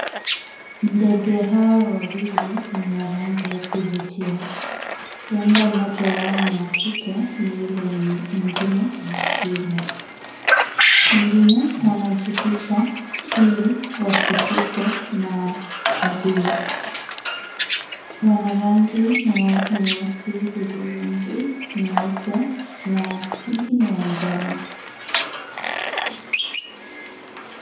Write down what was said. Ndege hawa wawili ni wa rangi ya kuvutia. Huenda mmoja wao ni wa kike na yule mwingine ni wa kiume. Pengine wanajificha ili wasishikwe na adui. Wana rangi ya nyeusi, hudhurungi, nyeupe na pengine ya njano.